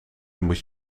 moet